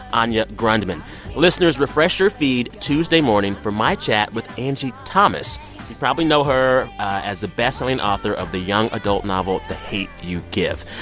anya grundmann listeners, refresh your feed tuesday morning for my chat with angie thomas. you probably know her as the best-selling author of the young adult novel the hate u give.